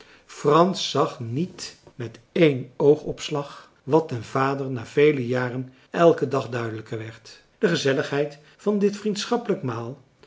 frans zag niet met één oogopslag wat den vader na vele jaren elken dag duidelijker werd de gezelligheid van dit vriendschappelijk maal